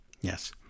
yes